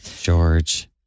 George